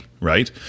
right